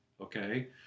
okay